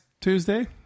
Tuesday